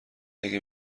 اگه